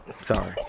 Sorry